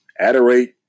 adorate